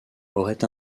aurait